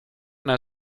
una